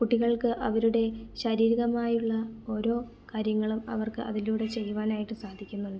കുട്ടികൾക്ക് അവരുടെ ശാരീരികമായുള്ള ഓരോ കാര്യങ്ങളും അവർക്ക് അതിലൂടെ ചെയ്യുവാനായിട്ട് സാധിക്കുന്നുണ്ട്